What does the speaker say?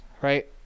Right